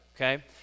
okay